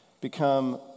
become